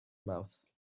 mouth